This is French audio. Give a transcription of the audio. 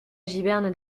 giberne